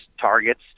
targets